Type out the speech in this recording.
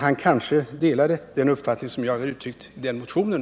Han kanske delar den uppfattning som jag uttryckt i den motionen.